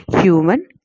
human